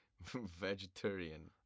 Vegetarian